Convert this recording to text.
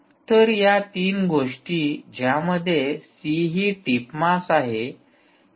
तर या तीन गोष्टी ज्या मध्ये सी ही टीप मास आहे